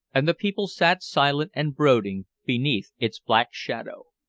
and the people sat silent and brooding beneath its black shadow.